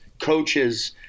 coaches